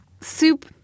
soup